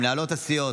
מנהלות הסיעות,